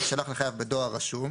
תישלח לחייב בדואר רשום".